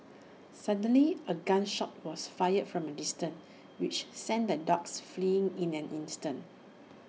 suddenly A gun shot was fired from A distance which sent the dogs fleeing in an instant